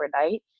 overnight